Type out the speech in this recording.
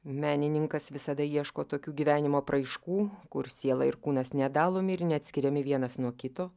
menininkas visada ieško tokių gyvenimo apraiškų kur siela ir kūnas nedalomi ir neatskiriami vienas nuo kito